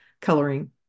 coloring